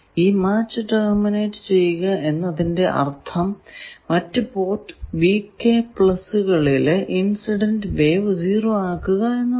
ഈ match terminate ചെയ്യുക എന്നതിന്റെ അർഥം മറ്റു പോർട്ട് കളിലെ ഇൻസിഡന്റ് വേവ് 0 ആക്കുക എന്നതാണ്